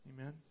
Amen